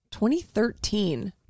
2013